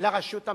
לרשות המחוקקת.